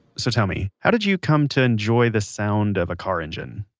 so, tell me, how did you come to enjoy the sound of a car engine?